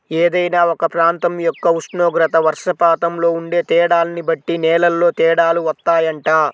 ఏదైనా ఒక ప్రాంతం యొక్క ఉష్ణోగ్రత, వర్షపాతంలో ఉండే తేడాల్ని బట్టి నేలల్లో తేడాలు వత్తాయంట